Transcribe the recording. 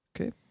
Okay